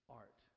art